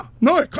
no